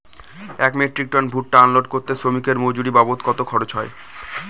এক metric ton ভুট্টা unload করতে শ্রমিকের মজুরি বাবদ কত খরচ হয়?